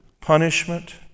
punishment